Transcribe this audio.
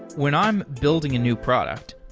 when i'm building a new product,